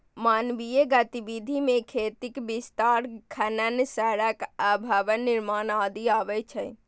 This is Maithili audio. मानवीय गतिविधि मे खेतीक विस्तार, खनन, सड़क आ भवन निर्माण आदि अबै छै